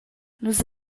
nus